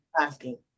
Asking